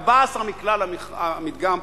14% מכלל המדגם,